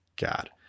God